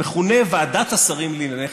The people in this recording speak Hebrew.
המכונה ועדת השרים לענייני חקיקה.